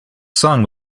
sun